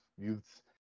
Youths